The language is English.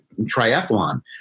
triathlon